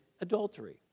adultery